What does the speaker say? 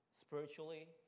Spiritually